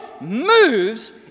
moves